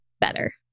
better